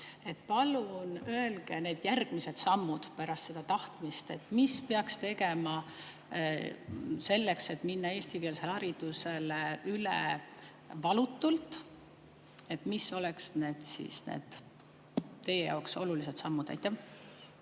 Palun öelge need järgmised sammud pärast seda tahtmist. Mida peaks tegema selleks, et minna eestikeelsele haridusele üle valutult? Mis oleks need teie jaoks olulised sammud? Aitäh,